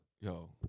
yo